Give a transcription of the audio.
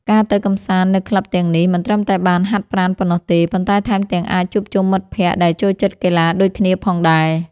ការទៅកម្សាន្តនៅក្លឹបទាំងនេះ មិនត្រឹមតែបានហាត់ប្រាណប៉ុណ្ណោះទេ ប៉ុន្តែថែមទាំងអាចជួបជុំមិត្តភក្តិដែលចូលចិត្តកីឡាដូចគ្នាផងដែរ។